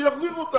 שיחזירו אותה.